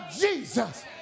Jesus